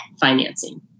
financing